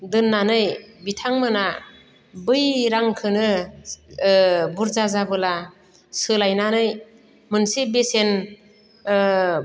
दोननानै बिथांमोना बै रांखोनो ओ बुरजा जाबोला सोलायनानै मोनसे बेसेन ओ